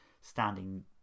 standing